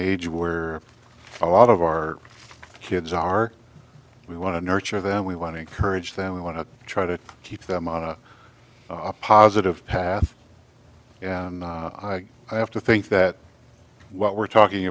age where a lot of our kids are we want to nurture them we want to encourage them we want to try to keep them on a a positive path and i have to think that what we're talking